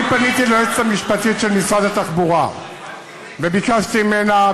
אני פניתי ליועצת המשפטית של משרד התחבורה וביקשתי ממנה,